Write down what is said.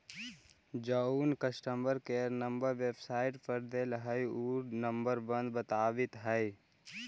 जउन customer care number website पर देल हई ऊ नंबर बंद आबित हई